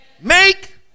make